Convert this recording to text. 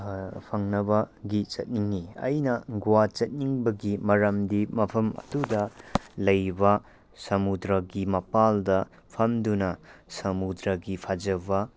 ꯐꯪꯅꯕꯒꯤ ꯆꯠꯅꯤꯡꯏ ꯑꯩꯅ ꯒꯋꯥ ꯆꯠꯅꯤꯡꯕꯒꯤ ꯃꯔꯝꯗꯤ ꯃꯐꯝ ꯑꯗꯨꯗ ꯂꯩꯕꯥ ꯁꯃꯨꯗ꯭ꯔꯒꯤ ꯃꯄꯥꯟꯗ ꯐꯝꯗꯨꯅ ꯁꯝꯃꯨꯗ꯭ꯔꯒꯤ ꯐꯖꯕ